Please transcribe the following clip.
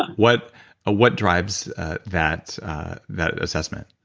what ah what drives that that assessment?